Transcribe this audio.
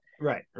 Right